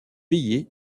payer